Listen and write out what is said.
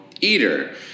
eater